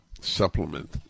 supplement